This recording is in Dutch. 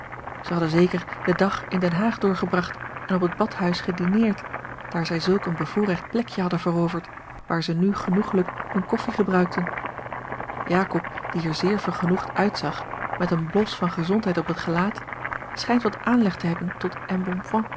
ze hadden zeker den dag in den haag doorgebracht en op het badhuis gedineerd daar zij zulk een bevoorrecht plekje hadden veroverd waar ze nu genoeglijk hun koffie gebruikten jakob die er zeer vergenoegd uitzag met een blos van gezondheid op het gelaat schijnt wat aanleg te hebben tot